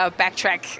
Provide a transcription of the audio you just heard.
backtrack